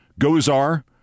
Gozar